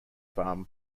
farm